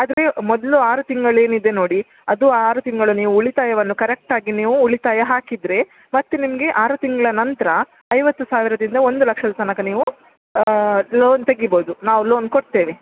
ಆದರೆ ಮೊದಲು ಆರು ತಿಂಗಳು ಏನಿದೆ ನೋಡಿ ಅದು ಆರು ತಿಂಗಳು ನೀವು ಉಳಿತಾಯವನ್ನು ಕರೆಕ್ಟ್ ಆಗಿ ನೀವು ಉಳಿತಾಯ ಹಾಕಿದರೆ ಮತ್ತೆ ನಿಮಗೆ ಆರು ತಿಂಗಳ ನಂತರ ಐವತ್ತು ಸಾವಿರದಿಂದ ಒಂದು ಲಕ್ಷದ ತನಕ ನೀವು ಲೋನ್ ತೆಗಿಬೋದು ನಾವು ಲೋನ್ ಕೊಡ್ತೇವೆ